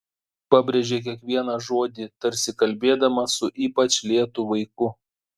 pabrėžė kiekvieną žodį tarsi kalbėdama su ypač lėtu vaiku